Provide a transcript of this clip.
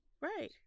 Right